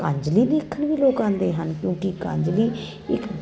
ਕੰਜਲੀ ਵੇਖਣ ਵੀ ਲੋਕ ਆਉਂਦੇ ਹਨ ਕਿਉਂਕਿ ਕੰਜਲੀ ਇੱਕ